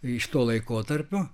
iš to laikotarpio